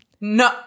No